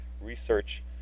research